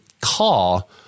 call